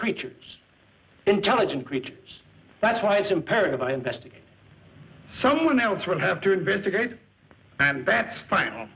creatures intelligent creatures that's why it's imperative i investigate someone else would have to investigate and that fin